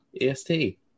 EST